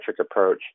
approach